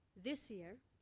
this year,